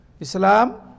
Islam